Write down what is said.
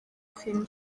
queen